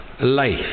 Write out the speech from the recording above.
life